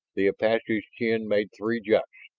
the apache's chin made three juts.